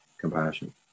compassion